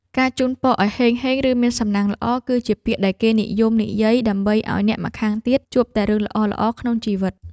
ការជូនពរឱ្យហេងហេងឬមានសំណាងល្អគឺជាពាក្យដែលគេនិយមនិយាយដើម្បីឱ្យអ្នកម្ខាងទៀតជួបតែរឿងល្អៗក្នុងជីវិត។